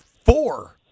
four